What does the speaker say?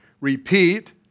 repeat